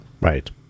Right